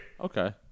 Okay